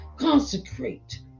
Consecrate